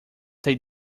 they